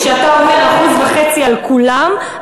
וכשאתה אומר1.5% על כולם,